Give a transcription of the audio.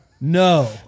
No